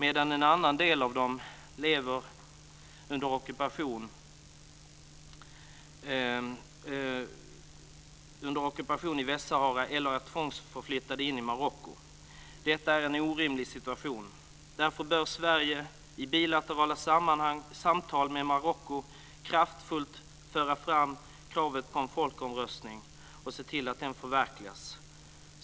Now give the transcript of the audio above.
En annan del av dem lever under ockupation i Västsahara eller är tvångsförflyttade in i Marocko. Detta är en orimlig situation. Därför bör Sverige i bilaterala samtal med Marocko kraftfullt föra fram kravet på en folkomröstning och se till att en sådan förverkligas.